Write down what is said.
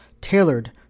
tailored